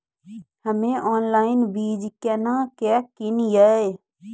हम्मे ऑनलाइन बीज केना के किनयैय?